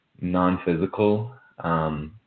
non-physical